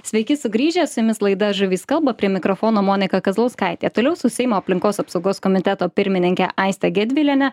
sveiki sugrįžę su jumis laida žuvys kalba prie mikrofono monika kazlauskaitė toliau su seimo aplinkos apsaugos komiteto pirmininke aiste gedviliene